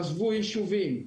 עזבו יישובים.